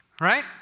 right